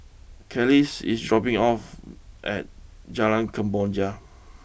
Kelis is dropping off at Jalan Kemboja